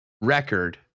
record